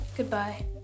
Goodbye